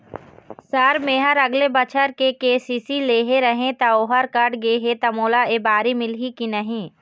Sir मेहर अगले बछर के.सी.सी लेहे रहें ता ओहर कट गे हे ता मोला एबारी मिलही की नहीं?